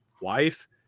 wife